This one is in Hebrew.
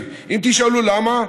תשאלו למה,